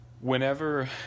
whenever